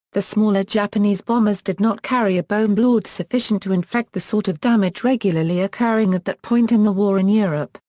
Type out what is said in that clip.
the smaller japanese bombers did not carry a bombload sufficient to inflict the sort of damage regularly occurring at that point in the war in europe,